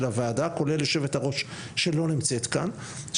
הוועדה כוללת יושבת-הראש שלא נמצאת כאן,